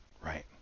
Right